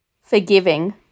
Forgiving